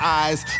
eyes